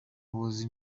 was